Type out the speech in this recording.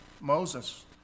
Moses